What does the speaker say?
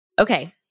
Okay